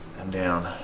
and down,